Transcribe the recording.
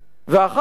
ואחר כך,